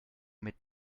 mit